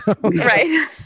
Right